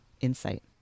insight